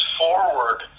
forward